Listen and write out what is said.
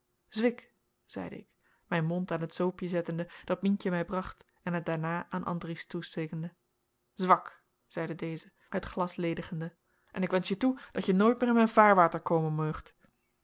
zwik zeide ik mijn mond aan het zoopje zettende dat mientje mij bracht en het daarna aan andries toestekende zwak zeide deze het glas ledigende en ik wensch je toe dat je nooit meer in mijn vaarwater komen meugt